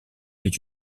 est